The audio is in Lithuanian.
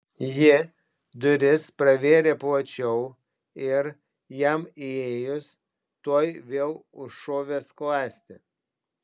ji duris pravėrė plačiau ir jam įėjus tuoj vėl užšovė skląstį